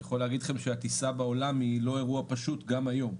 אני יכול להגיד לכם שהטיסה בעולם היא לא אירוע פשוט גם היום.